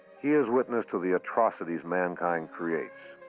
he is witness to the atrocities mankind creates.